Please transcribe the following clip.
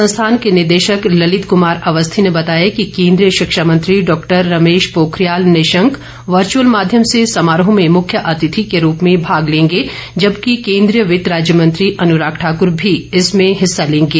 संस्थान के निदेशक ललित कुमार अवस्थी ने बताया कि केंद्रीय शिक्षा मंत्री डॉक्टर रमेश पोखरियाल निशंक वर्चअल माध्यम से समारोह में मुख्य अतिथि के रूप में भाग लेंगे जबकि केंद्रीय वित्त राज्य मंत्री अनुराग ठाकर भी इसमें हिस्सा लेंगे